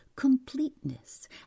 completeness